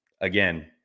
again